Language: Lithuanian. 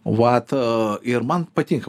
vat ir man patinka